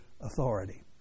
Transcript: authority